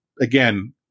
again